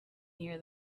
near